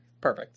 Perfect